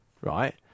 right